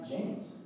James